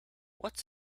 what’s